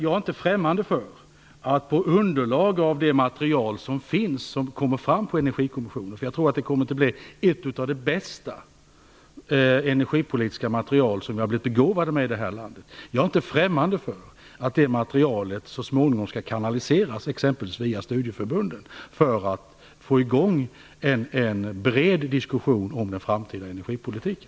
Jag är inte främmande för att det material som kommer fram genom Energikommissionens arbete - och jag tror att det kommer att bli ett av de bästa energipolitiska material som vi har blivit begåvade med i det här landet - så småningom kan kanaliseras exempelvis via studieförbunden för att vi skall få i gång en bred diskussion om den framtida energipolitiken.